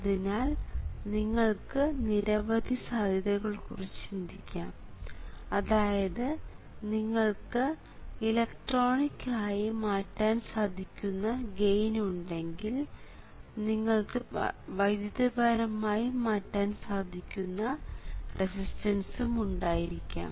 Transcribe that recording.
അതിനാൽ നിങ്ങൾക്ക് നിരവധി സാധ്യതകളെക്കുറിച്ച് ചിന്തിക്കാം അതായത് നിങ്ങൾക്ക് ഇലക്ട്രോണിക് ആയി മാറ്റാൻ സാധിക്കുന്ന ഗെയിൻ ഉണ്ടെങ്കിൽ നിങ്ങൾക്ക് വൈദ്യുതപരമായി മാറ്റാൻ സാധിക്കുന്ന റെസിസ്റ്റൻസും ഉണ്ടായിരിക്കാം